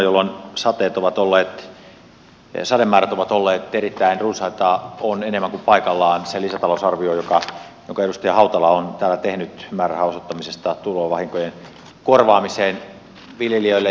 tällaisena poikkeuksellisena vuonna jolloin sademäärät ovat olleet erittäin runsaita on enemmän kuin paikallaan se lisätalousarvio jonka edustaja hautala on täällä tehnyt määrärahan osoittamisesta tulvavahinkojen korvaamiseen viljelijöille